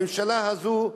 הממשלה הזאת,